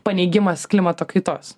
paneigimas klimato kaitos